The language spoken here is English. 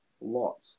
lots